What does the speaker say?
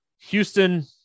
Houston